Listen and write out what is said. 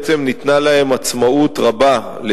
בעצם ניתנה להן עצמאות רבה,